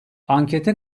ankete